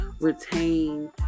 retain